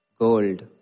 gold